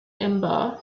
amber